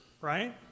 Right